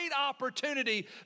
opportunity